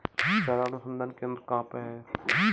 चारा अनुसंधान केंद्र कहाँ है?